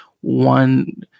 One